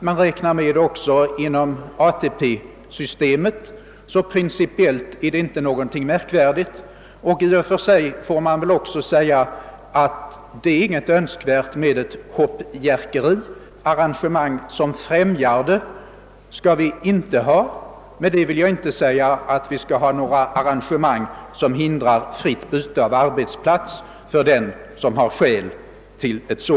Man gör det också inom ATP-systemet, så principiellt är det inte någonting märkvärdigt. I och för sig är det väl inte heller önskvärt med hoppjerkeri. Arrangemang som främjar hoppjerkeri skall vi inte ha. Med det vill jag inte säga att vi skall lägga hinder i vägen för fritt byte av arbetsplats när sådant är motiverat.